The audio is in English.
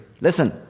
Listen